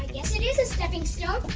i guess it is a stepping stone.